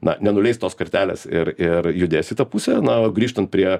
na nenuleis tos kartelės ir ir judės į tą pusę na o grįžtant prie